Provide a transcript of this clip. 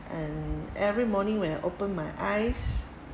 and every morning when I open my eyes